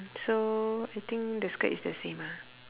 so I think the skirt is the same ah